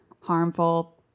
harmful